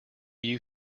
you